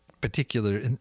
particular